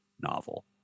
novel